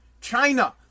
China